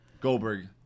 Goldberg